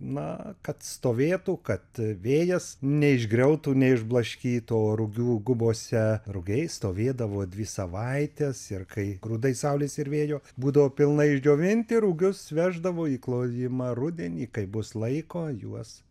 na kad stovėtų kad vėjas neišgriautų neišblaškytų o rugių gubose rugiai stovėdavo dvi savaites ir kai grūdai saulės ir vėjo būdavo pilnai išdžiovinti rugius veždavo į klojimą rudenį kai bus laiko juos